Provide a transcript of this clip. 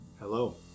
Hello